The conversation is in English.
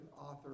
author